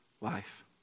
life